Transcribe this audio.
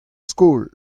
skol